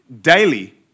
daily